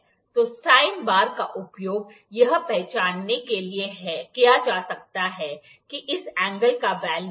तो sine bar का उपयोग यह पहचानने के लिए किया जा सकता है कि इस एंगल का वैल्यू क्या है